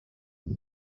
you